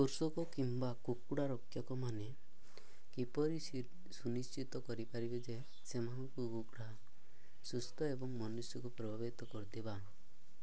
କୃଷକ କିମ୍ବା କୁକୁଡ଼ା ରକ୍ଷକମାନେ କିପରି ସୁନିଶ୍ଚିତ କରିପାରିବେ ଯେ ସେମାନଙ୍କ କୁକୁଡ଼ା ସୁସ୍ଥ ଏବଂ ମନୁଷ୍ୟକୁ ପ୍ରଭାବିତ କରୁଥିବା